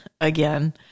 again